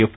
F